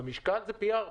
במשקל, זה פי ארבע.